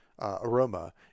Aroma